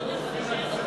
תומך במי שאין לו תפיסות.